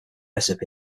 recipe